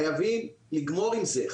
חייבים לגמור עם זה,